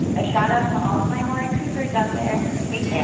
a shoutout to all of my maury cougars out there take care